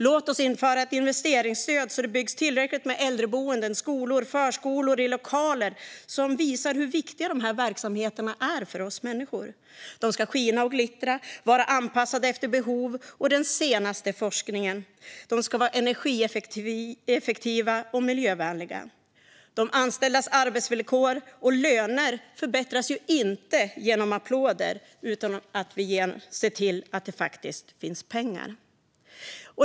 Låt oss införa ett investeringsstöd så att det byggs tillräckligt med äldreboenden, skolor och förskolor i lokaler som visar hur viktiga de här verksamheterna är för oss människor! De ska skina och glittra och vara anpassade efter behoven och den senaste forskningen. De ska vara energieffektiva och miljövänliga. De anställdas arbetsvillkor och löner förbättras inte genom applåder utan genom att vi ser till att det finns pengar.